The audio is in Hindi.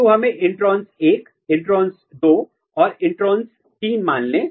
तो हमें इंट्रॉन 1 इंट्रॉन 2 और इंट्रॉन 3 मान लें